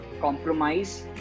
compromise